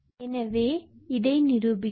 எனவே இதை நிரூபிக்கலாம்